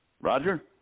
Roger